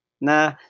Nah